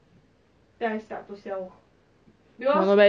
!wah! I very scared I accidentally do it again